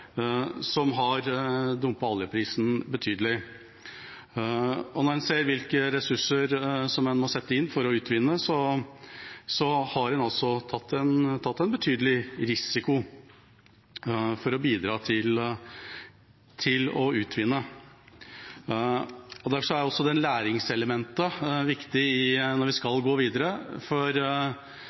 som har dumpet oljeprisen betydelig. En ser hvilke ressurser som må settes inn for å utvinne, og en har tatt betydelig risiko for å bidra til det. Derfor er det læringselementet viktig når vi skal gå videre, for